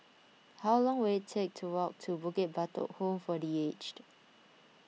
how long will it take to walk to Bukit Batok Home for the Aged